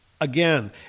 again